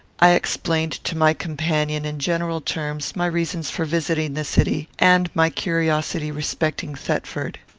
i explained to my companion, in general terms, my reasons for visiting the city, and my curiosity respecting. thetford.